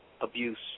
abuse